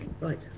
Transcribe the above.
Right